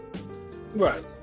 right